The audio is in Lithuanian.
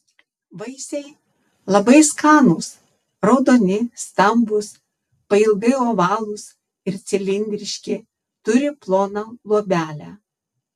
vaisiai labai skanūs raudoni stambūs pailgai ovalūs ir cilindriški turi ploną luobelę